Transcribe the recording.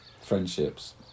friendships